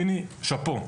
פיני, שאפו.